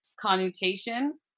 connotation